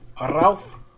Ralph